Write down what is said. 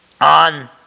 on